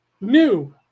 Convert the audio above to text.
new